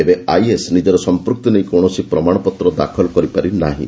ତେବେ ଆଇଏସ୍ ନିଜର ସମ୍ପୃକ୍ତି ନେଇ କୌଣସି ପ୍ରମାଣ ଦାଖଲ କରିପାରିନାହିଁ